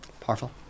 powerful